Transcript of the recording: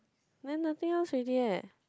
then nothing else with it eh